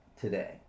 today